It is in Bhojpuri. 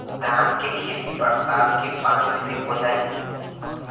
धान के खेती बरसात के पानी से हो जाई?